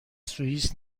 سوئیس